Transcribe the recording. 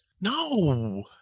No